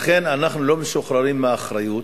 לכן אנחנו לא משוחררים מהאחריות,